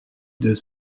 des